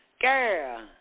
Girl